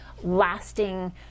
lasting